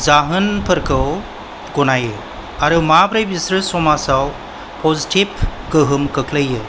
जाहोनफोरखौ गनायो आरो माबोरै बिसोर समाजाव पजिटिव गोहोम खोख्लैयो